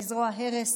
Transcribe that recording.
לזרוע הרס,